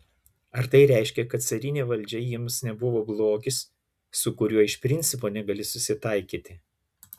ar tai reiškia kad carinė valdžia jiems nebuvo blogis su kuriuo iš principo negali susitaikyti